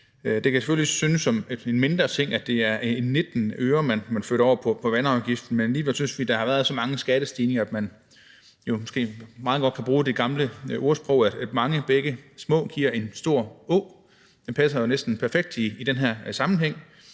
Det kan selvfølgelig synes at være en mindre ting, at det er 19 øre, man flytter over på vandafgiften, men alligevel synes vi, at der har været så mange skattestigninger, at man jo måske meget godt kan bruge det gamle ordsprog, at mange bække små gør en stor å. Det passer jo nærmest perfekt i den her sammenhæng.